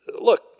look